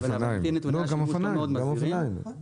גם קורקינטים וגם אופניים.